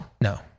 No